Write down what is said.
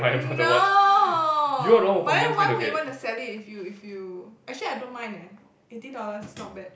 no but then why would you wanna sell it if you if you actually I don't mind eh eighty dollars is not bad